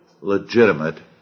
legitimate